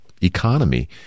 economy